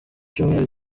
cyumweru